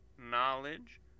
knowledge